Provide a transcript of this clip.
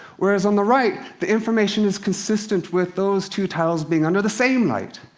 whereas on the right, the information is consistent with those two tiles being under the same light.